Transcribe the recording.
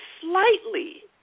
slightly